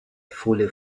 fully